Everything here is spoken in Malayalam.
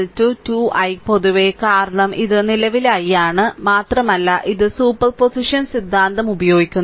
v 2 i പൊതുവേ കാരണം ഇത് നിലവിലെ i ആണ് മാത്രമല്ല ഇത് സൂപ്പർപോസിഷൻ സിദ്ധാന്തം ഉപയോഗിക്കുന്നു